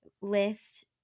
list